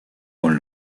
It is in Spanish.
con